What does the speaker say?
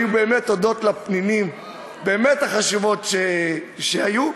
היו באמת הודות לפנינים הבאמת-חשובות שהיו.